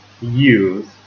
use